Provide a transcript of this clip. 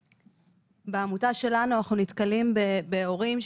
בעמותה שלנו אנחנו נתקלים בהורים,